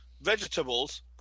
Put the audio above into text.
vegetables